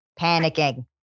Panicking